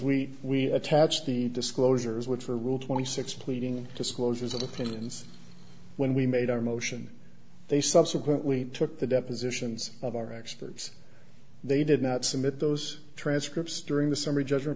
is we attach the disclosure which were rule twenty six pleading disclosures and opinions when we made our motion they subsequently took the depositions of our experts they did not submit those transcripts during the summary judgment